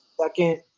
second